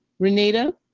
Renita